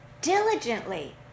diligently